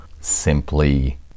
simply